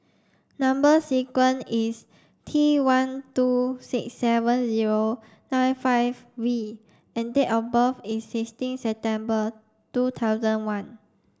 number sequence is T one two six seven zero nine five V and date of birth is sixteen September two thousand one